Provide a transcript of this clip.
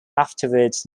afterwards